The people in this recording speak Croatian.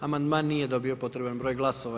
Amandman nije dobio potreban broj glasova.